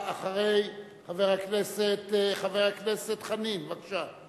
חבר הכנסת דב חנין, בבקשה.